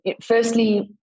firstly